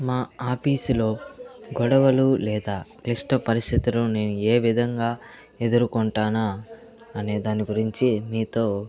మా ఆఫీసులో గొడవలు లేదా క్లిష్ట పరిస్థితులో నేను ఏ విధంగా ఎదుర్కొంటానా అనే దాని గురించి మీతో